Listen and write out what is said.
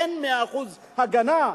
אין 100% הגנה,